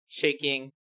shaking